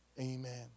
amen